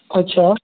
अछा